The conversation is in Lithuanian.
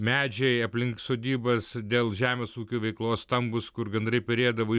medžiai aplink sodybas dėl žemės ūkio veiklos stambūs kur gandrai perėdavo